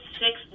six